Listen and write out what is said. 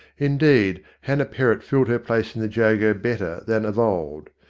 indeed hannah perrott filled her place in the jago better than of old.